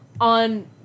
on